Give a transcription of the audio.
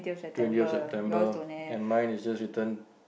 twenty September and mine is just written